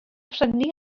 prynu